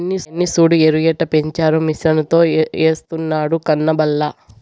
ఆయన్ని సూడు ఎరుయెట్టపెంచారో మిసనుతో ఎస్తున్నాడు కనబల్లా